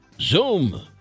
Zoom